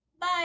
Bye